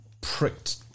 pricked